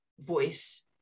voice